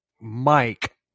Mike